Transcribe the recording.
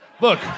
Look